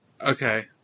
Okay